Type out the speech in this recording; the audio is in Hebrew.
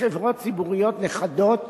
בחברות ציבוריות נכדות,